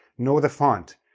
know the font.